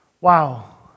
Wow